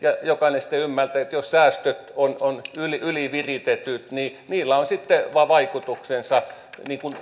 jokainen ymmärtää että jos säästöt ovat yliviritetyt niin niillä on sitten vaikutuksensa